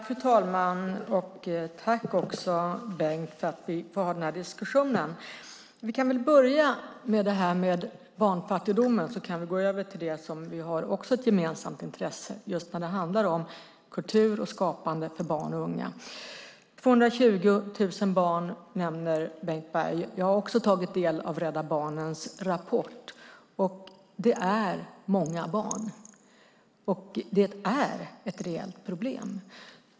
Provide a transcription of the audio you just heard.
Fru talman! Jag vill tacka Bengt för att vi får ha den här diskussionen. Vi kan väl börja med barnfattigdomen och sedan gå över till det som vi också har ett gemensamt intresse av, nämligen kultur och skapande för barn och unga. Bengt Berg nämner siffran 220 000 barn. Jag har också tagit del av Rädda Barnens rapport. Det är många barn, och det är ett reellt problem.